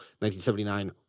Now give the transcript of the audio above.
1979